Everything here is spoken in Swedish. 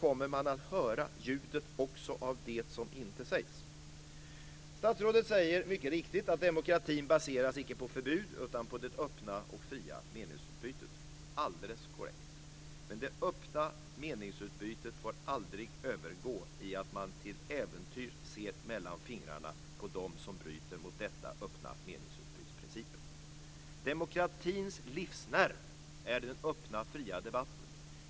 Om man inte gör det kommer också ljudet av det som inte sägs att höras. Statsrådet säger mycket riktigt att demokratin inte baseras på förbud utan på det öppna och fria meningsutbytet. Alldeles korrekt. Men det öppna meningsutbytet får aldrig övergå i att man till äventyrs ser mellan fingrarna på dem som bryter mot principen om det öppna meningsutbytet. Demokratins livsnerv är den öppna, fria debatten.